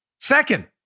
Second